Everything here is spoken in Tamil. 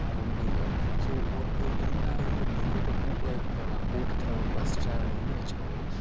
அது ரொம்ப இதாகும் ஸோ என்ன ஆகுது அப்படின்னா இப்போ கு இப்போ நான் கூட்டத்தில் ஒரு பஸ் ட்ராவலிங்னே வச்சுக்கோங்க